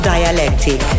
Dialectic